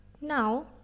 Now